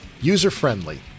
User-Friendly